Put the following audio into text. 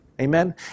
Amen